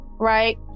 right